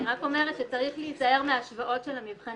אני רק אומרת שצריך להיזהר מהשוואות של המבחנים,